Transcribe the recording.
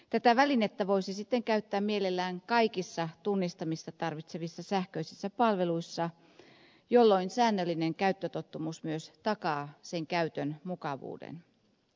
tätä välinettä voisi sitten käyttää mielellään kaikissa tunnistamista tarvitsevissa sähköisissä palveluissa jolloin säännöllinen käyttötottumus myös takaa sen käytön mukavuuden